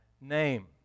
Name